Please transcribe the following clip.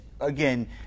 again